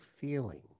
feeling